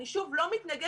אני, שוב, לא מתנגדת.